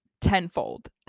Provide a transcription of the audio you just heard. tenfold